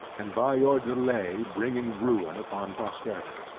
and by your delay bringing ruin upon posterity.